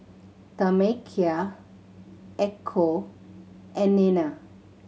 Tamekia Echo and Nena